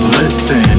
listen